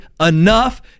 enough